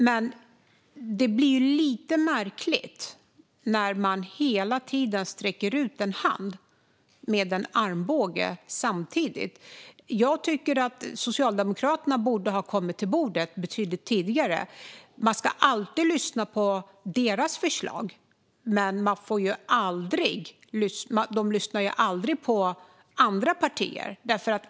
Men det blir lite märkligt när man hela tiden sträcker ut en hand samtidigt med en armbåge. Jag tycker att Socialdemokraterna borde ha kommit till bordet betydligt tidigare. Man ska alltid lyssna på deras förslag. Men de lyssnar aldrig på andra partier.